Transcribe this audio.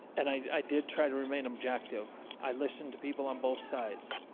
and i did try to remain objective i listened to people on both sides